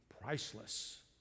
priceless